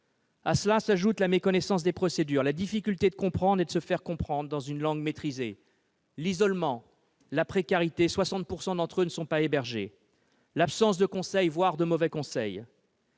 À cela s'ajoutent la méconnaissance des procédures, la difficulté de comprendre et de se faire comprendre dans une langue maîtrisée, l'isolement, la précarité- 60 % des demandeurs ne sont pas hébergés -et l'absence de conseils, voire de mauvais conseils.